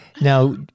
Now